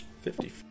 Fifty